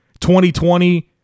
2020